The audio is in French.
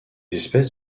espèces